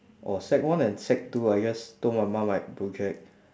oh sec one and sec two I just told my mum like project